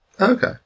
Okay